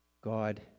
God